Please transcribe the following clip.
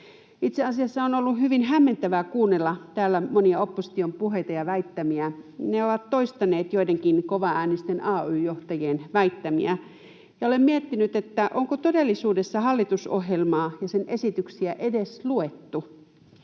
Itse asiassa on ollut hyvin hämmentävää kuunnella täällä monia opposition puheita ja väittämiä. Ne ovat toistaneet joidenkin kovaäänisten ay-johtajien väittämiä, ja olen miettinyt, onko todellisuudessa hallitusohjelmaa ja sen esityksiä edes luettu.